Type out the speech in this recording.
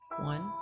One